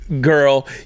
girl